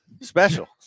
special